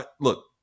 look